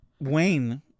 Wayne